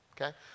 Okay